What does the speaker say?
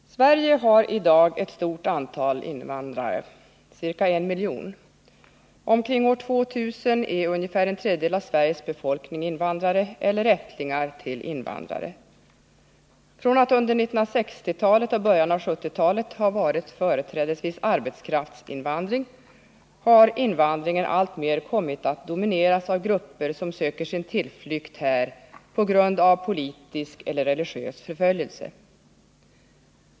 Fru talman! Sverige har i dag ett stort antal invandrare, ca I miljon. Med samma invandringstrend är omkring år 2000 är ungefär en tredjedel av Sveriges befolkning invandrare eller ättlingar till invandrare. Från att under 1960-talet och början av 1970-talet ha varit företrädesvis arbetskraftsinvandring har invandringen alltmer kommit att domineras av grupper som söker sin tillflykt hit på grund av politisk eller religiös förföljelse.